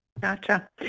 Gotcha